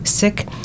Sick